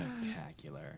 Spectacular